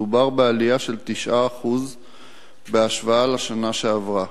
מדובר בעלייה של 9% בהשוואה לשנה שעברה.